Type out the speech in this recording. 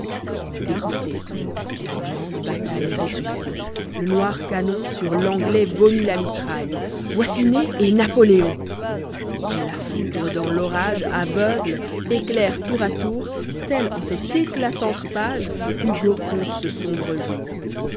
ecoutez lagrando bataille ressuscite le noir canon sur l'anglais vomit la mitraille voici ney et napoléon h comme la foudre dans l'orage aveugle éclaire tour à tour tel en cette éclatante page hugo conte ce sombre jour